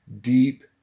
deep